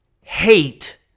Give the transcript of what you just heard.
hate